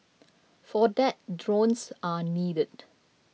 for that drones are needed